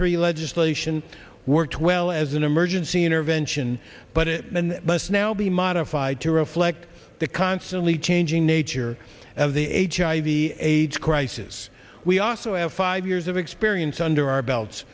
three legislation worked well as an emergency intervention but it must now be modified to reflect the constantly changing nature of the hiv aids crisis we also have five years of experience under our belt